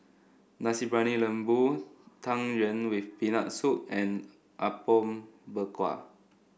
Nasi Briyani Lembu Tang Yuen with Peanut Soup and Apom Berkuah